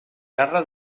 guerra